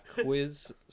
Quiz